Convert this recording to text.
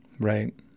Right